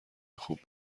خوب